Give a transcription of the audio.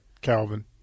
Calvin